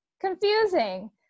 confusing